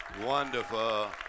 wonderful